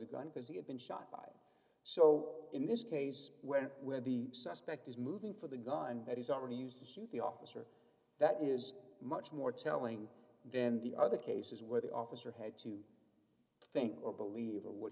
a gun because he had been shot by so in this case where we're the suspect is moving for the guy and he's already used to shoot the officer that is much more telling then the other cases where the officer had to think or believe or what